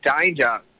danger